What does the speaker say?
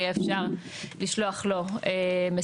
יהיה אפשר לשלוח לו מסרים.